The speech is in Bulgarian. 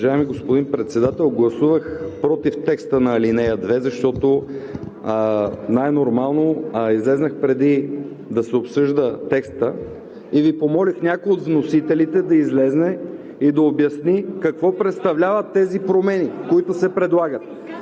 Уважаеми господин Председател, гласувах против текста на ал. 2, защото е най-нормално. Излязох преди да се обсъжда текстът и помолих някой от вносителите да излезе и да обясни какво представляват тези промени, които се предлагат.